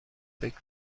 فکر